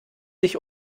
sich